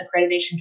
accreditation